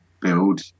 Build